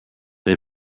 they